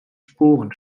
sporen